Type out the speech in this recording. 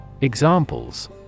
Examples